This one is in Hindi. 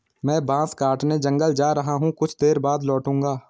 मैं बांस काटने जंगल जा रहा हूं, कुछ देर बाद लौटूंगा